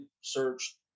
searched